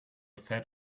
fed